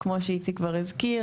כמו שאיציק כבר הזכיר,